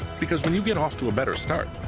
because when you get off to a better start,